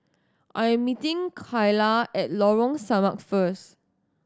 I am meeting Kaila at Lorong Samak first